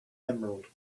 emerald